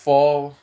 फोव